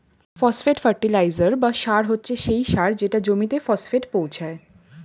phosphate fertiliser বা সার হচ্ছে সেই সার যেটা জমিতে ফসফেট পৌঁছায়